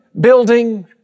building